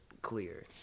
clear